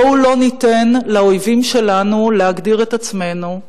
בואו לא ניתן לאויבים שלנו להגדיר את עצמנו.